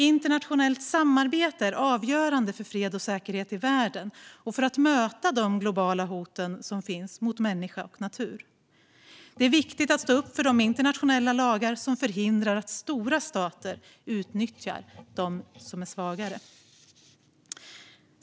Internationellt samarbete är avgörande för fred och säkerhet i världen och för att möta de globala hoten mot människa och natur. Det är viktigt att stå upp för de internationella lagar som förhindrar att stora stater utnyttjar de stater som är svagare.